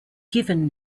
given